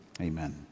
Amen